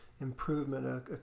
improvement